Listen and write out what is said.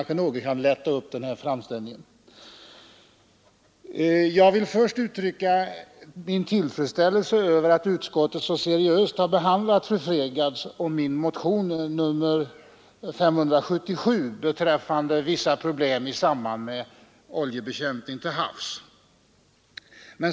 Jag vill först uttrycka min tillfredsställelse över att utskottet så seriöst har behandlat fru Fredgardhs och min motion nr 577 beträffande vissa problem i samband med oljebekämpning till havs.